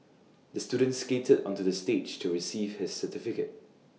the student skated onto the stage to receive his certificate